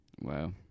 Wow